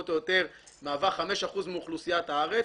שמהווה היום 5% מאוכלוסיית הארץ.